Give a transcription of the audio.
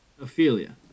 Ophelia